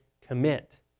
commit